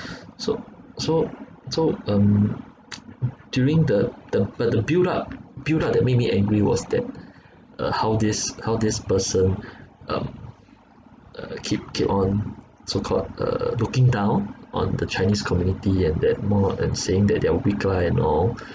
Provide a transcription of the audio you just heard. so so so um during the the but the build up build up that made me angry was that uh how this how this person um uh keep keep on so called uh looking down on the chinese community and that more and saying that they are weak lah and all